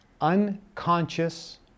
unconscious